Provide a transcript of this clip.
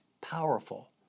powerful